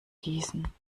gießen